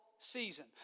Season